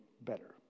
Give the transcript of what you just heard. better